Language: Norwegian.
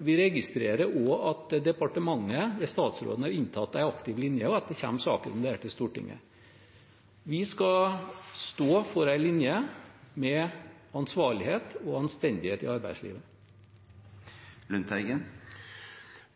Vi registrerer også at departementet ved statsråden har inntatt en aktiv linje, og at det kommer saker om dette til Stortinget. Vi skal stå for en linje med ansvarlighet og anstendighet i arbeidslivet.